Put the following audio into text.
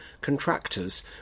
contractors